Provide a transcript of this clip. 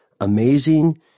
amazing